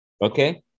Okay